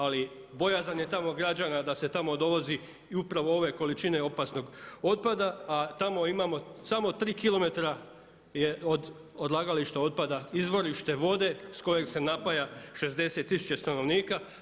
Ali bojazan je tamo građana da se tamo dovozi i upravo ove količine opasnog otpada, a tamo imamo samo 3 km je od odlagališta otpada izvorište vode s kojeg se napaja 60000 stanovnika.